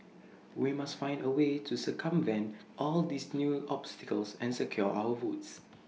we must find A way to circumvent all these new obstacles and secure our votes